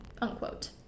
unquote